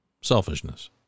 selfishness